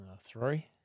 Three